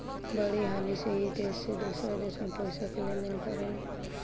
बड़ी हाली से ई देश से दोसरा देश मे पइसा के लेन देन करेला